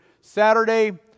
Saturday